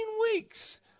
weeks